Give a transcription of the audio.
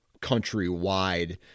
countrywide